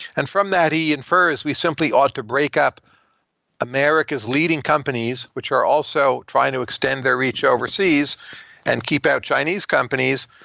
and from that, he infers, we simply ought to break up america's leading companies, which are also trying to extend their reach overseas and keep out chinese companies.